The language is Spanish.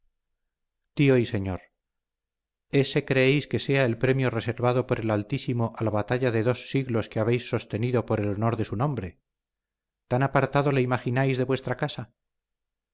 tío y señor ese creéis que sea el premio reservado por el altísimo a la batalla de dos siglos que habéis sostenido por el honor de su nombre tan apartado le imagináis de vuestra casa